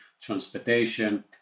transportation